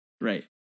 Right